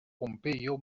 pompeyo